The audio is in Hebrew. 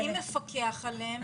מי מפקח עליהם?